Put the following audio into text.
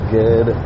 good